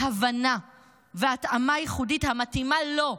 הבנה והתאמה ייחודית המתאימה לו,